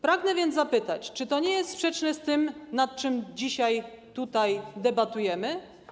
Pragnę więc zapytać, czy to nie jest sprzeczne z tym, nad czym dzisiaj tutaj debatujemy.